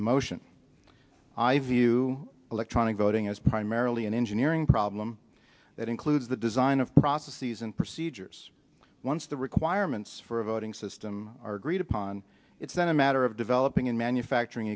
emotion i view electronic voting as primarily an engineering problem that includes the design of processes and procedures once the requirements for a voting system are agreed upon it's not a matter of developing and manufacturing